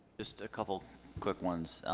just a couple quick ones.